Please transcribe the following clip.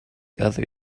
other